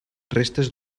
restes